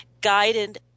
guided